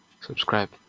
subscribe